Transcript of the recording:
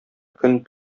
көн